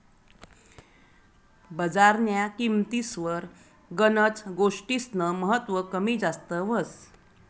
बजारन्या किंमतीस्वर गनच गोष्टीस्नं महत्व कमी जास्त व्हस